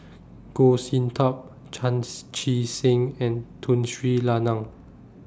Goh Sin Tub Chan Chee Seng and Tun Sri Lanang